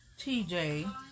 tj